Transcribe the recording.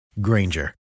Granger